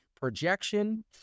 projection